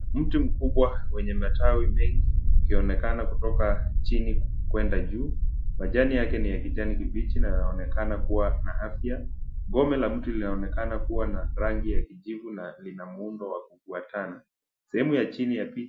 Mti mkubwa wenye matawi mengi ikionekana kutoka chini kuenda juu. Majani yake ni ya kijani kibichi na yanaonekana kuwa na afya. Gome la mti linaonekana kuwa na rangi ya kijivu na lina muundo wa kufuatana. Sehemu ya chini ya picha.